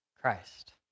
Christ